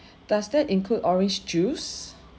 does that include orange juice